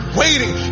waiting